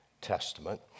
testament